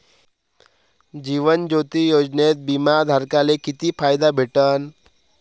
जीवन ज्योती योजनेत बिमा धारकाले किती फायदा भेटन?